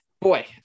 Boy